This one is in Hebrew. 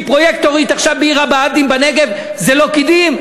עכשיו פרויקטורית בעיר הבה"דים בנגב זה לא קידום?